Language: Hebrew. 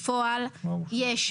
בפועל יש,